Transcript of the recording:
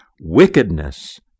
wickedness